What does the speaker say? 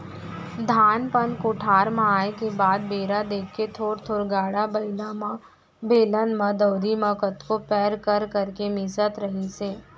धान पान कोठार म आए के बाद बेरा देख के थोर थोर गाड़ा बइला म, बेलन म, दउंरी म कतको पैर कर करके मिसत रहिस हे